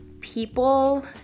people